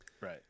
Right